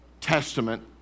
Testament